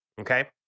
Okay